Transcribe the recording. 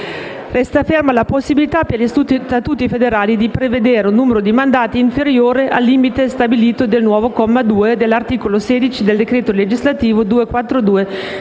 Resta ferma la possibilità per gli statuti federali di prevedere un numero di mandati inferiore al limite stabilito dal nuovo comma 2 dell'articolo 16 del decreto legislativo n.